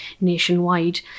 nationwide